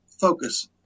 focus